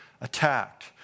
attacked